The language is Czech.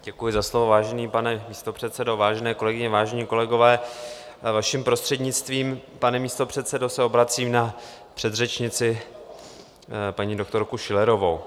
Děkuji za slovo, vážený pane místopředsedo, vážené kolegyně, vážení kolegové, vaším prostřednictvím, pane místopředsedo, se obracím na předřečnici, paní doktorku Schillerovou.